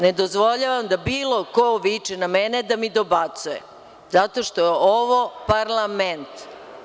Ne dozvoljavam da bilo ko viče na mene, da mi dobacuje, zato što je ovo Parlament.